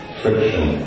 friction